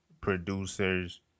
producers